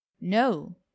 no